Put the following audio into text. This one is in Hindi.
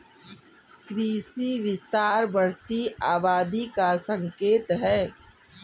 कृषि विस्तार बढ़ती आबादी का संकेत हैं